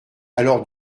alors